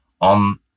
on